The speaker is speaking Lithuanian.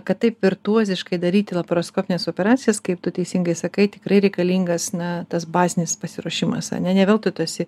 kad taip virtuoziškai daryti laparoskopines operacijas kaip tu teisingai sakai tikrai reikalingas na tas bazinis pasiruošimas ane ne veltui tu esi